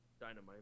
dynamite